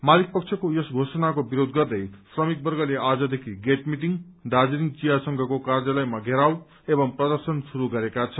मालिक पक्षको यस घोषणाको विरोध गर्दै श्रमिकवर्गले आजदेखि गेट मिटिंग दार्जीलिङ चिया संघको कार्यालयमा घेराव एवं प्रदश्चन शुरू गरेका छन्